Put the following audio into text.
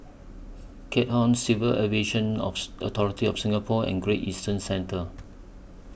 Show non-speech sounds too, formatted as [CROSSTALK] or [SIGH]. Keat Hong Civil Aviation [UNINTELLIGIBLE] Authority of Singapore and Great Eastern Centre